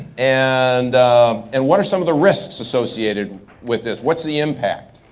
and and what are some of the risks associated with this? what's the impact?